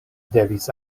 devis